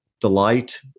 delight